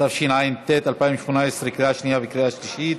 התשע"ט 2018, לקריאה שנייה וקריאה שלישית.